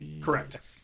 Correct